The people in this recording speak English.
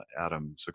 Adam